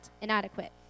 inadequate